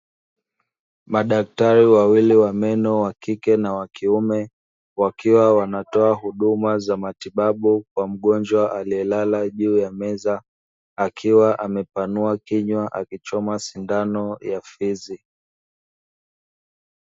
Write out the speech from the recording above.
Madktari wawili wa meno (wakike na wakiume) wakiwa wanatoa huduma za matibabu kwa mgonjwa aliyelala juu ya meza akiwa amepanua kinywa akichomwa sindano ya fizi.